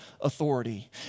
authority